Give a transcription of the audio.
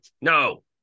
no